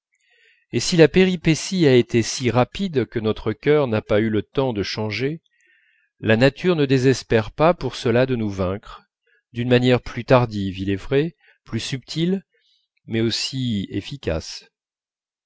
et si la péripétie a été si rapide que notre cœur n'a pas eu le temps de changer la nature ne désespère pas pour cela de nous vaincre d'une manière plus tardive il est vrai plus subtile mais aussi efficace